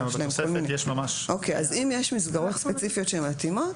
אם יש מסגרות ספציפיות שהן מתאימות,